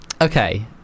Okay